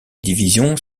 divisions